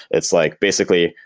it's like basically,